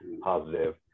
positive